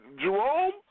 Jerome